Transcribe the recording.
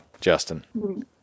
Justin